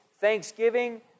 Thanksgiving